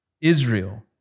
Israel